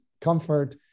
comfort